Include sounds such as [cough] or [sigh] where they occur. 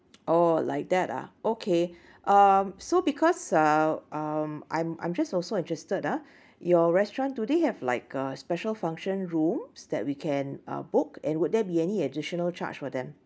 [noise] oh like that ah okay um so because uh um I'm I'm just also interested ah your restaurant do they have like a special function rooms that we can uh book and would there be any additional charge for them